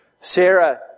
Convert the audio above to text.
Sarah